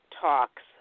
talks